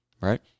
right